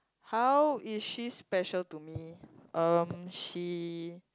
how is she special to me um she